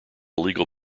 legal